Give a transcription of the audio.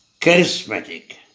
charismatic